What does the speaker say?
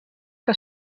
que